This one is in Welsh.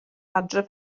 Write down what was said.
adre